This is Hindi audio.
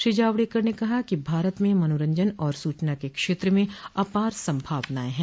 श्री जावड़ेकर ने कहा कि भारत में मनोरंजन और सूचना के क्षेत्र में अपार संभावनाएं हैं